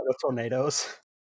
tornadoes